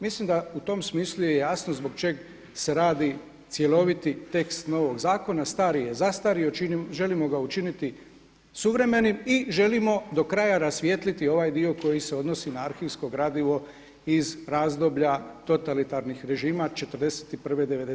Mislim da u tom smislu je jasno zbog čega se radi cjeloviti tekst novog zakona, stari je zastario, želimo ga učiniti suvremenim i želimo do kraja rasvijetliti ovaj dio koji se odnosi na arhivsko gradivo iz razdoblja totalitarnih režima '41., '90-te godine.